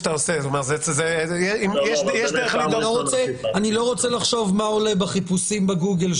שזה נתון שמדאיג אותנו והוא יותר משמעותי ממה שראינו בגל הדלתא,